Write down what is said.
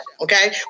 okay